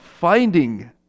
finding